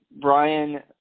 Brian